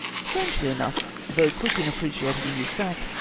strangely enough, though quick in appreciating a new fact,